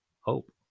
hope